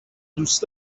دوست